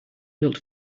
built